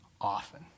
often